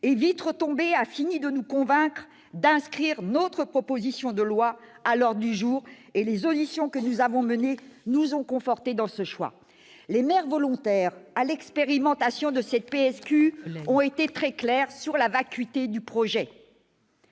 Tout cela a fini de nous convaincre d'inscrire notre proposition de loi à l'ordre du jour. Les auditions que nous avons menées nous ont d'ailleurs confortés dans ce choix. Les maires volontaires pour l'expérimentation de cette PSQ ont été très clairs sur la vacuité du projet.